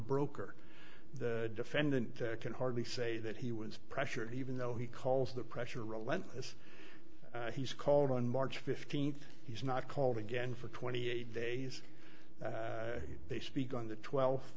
broker the defendant can hardly say that he was pressured even though he calls the pressure relentless he's called on march fifteenth he's not called again for twenty eight days they speak on the twelfth